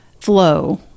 flow